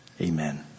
amen